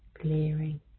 clearing